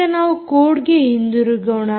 ಈಗ ನಾವು ಕೋಡ್ಗೆ ಹಿಂದಿರುಗೋಣ